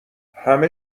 همه